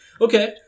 Okay